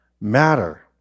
matter